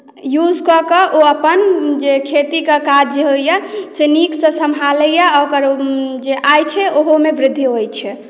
use कऽ के ओ अपन जे खेतीके काज जे होइए से नीकसँ सम्हारैए आ ओकर जे आय छै ओहोमे वृद्धि होइत छै